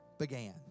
began